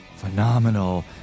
phenomenal